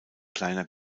kleiner